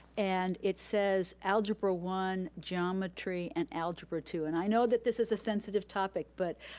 and it says algebra one, geometry and algebra two. and i know that this is a sensitive topic, but